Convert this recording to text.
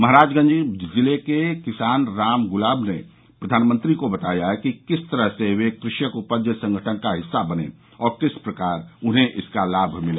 महाराजगंज जिले के किसान रामगुलाब ने प्रधानमंत्री को बताया कि किस तरह वे कृषक उपज संगठन का हिस्सा बने और किस प्रकार उन्हें इसका लाभ मिला